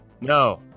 No